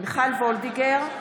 מיכל וולדיגר,